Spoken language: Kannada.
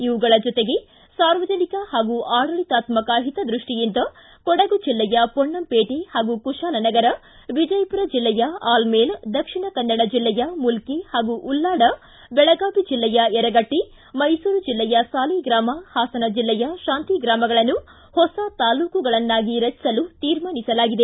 ಇವುಗಳ ಜೊತೆಗೆ ಸಾರ್ವಜನಿಕ ಹಾಗೂ ಆಡಳಿತಾತ್ಮಕ ಹಿತದೃಷ್ಟಿಯಿಂದ ಕೊಡಗು ಜಿಲ್ಲೆಯ ಪೊನ್ನಂಪೇಟೆ ಹಾಗೂ ಕುಶಾಲನಗರ ವಿಜಯಪುರ ಜಿಲ್ಲೆಯ ಅಲಮೇಲ ದಕ್ಷಿಣ ಕನ್ನಡ ಜಿಲ್ಲೆಯ ಮುಲ್ಕಿ ಹಾಗೂ ಉಲ್ಲಾಳ ಬೆಳಗಾವಿ ಜಿಲ್ಲೆಯ ಯರಗಟ್ಟಿ ಮೈಸೂರು ಜಿಲ್ಲೆಯ ಸಾಲಿಗ್ರಾಮ ಹಾಸನ ಜಿಲ್ಲೆಯ ಶಾಂತಿಗ್ರಾಮಗಳನ್ನು ಹೊಸ ತಾಲ್ಲೂಕುಗಳನ್ನಾಗಿ ರಚಿಸಲು ತೀರ್ಮಾನಿಸಲಾಗಿದೆ